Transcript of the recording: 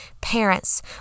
parents